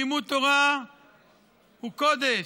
לימוד תורה הוא קודש,